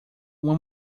uma